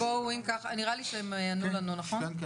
נראה לי שהם ענו לנו, נכון?